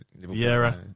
Viera